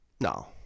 No